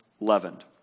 leavened